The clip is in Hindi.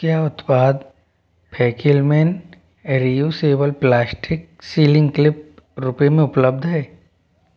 क्या उत्पाद Fackelmann a reusable plastic sealing clip रुपये में उपलब्ध है